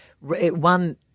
one